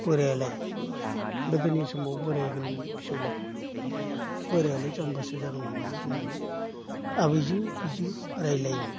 बोरायालाय गोदोनि समाव बोराय होनोमोन फिसौज्लाखौ बोरायालाय जाम्बासो जागोन नामालै होननानै आबैजों बिजों रायज्लायोमोन